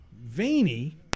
veiny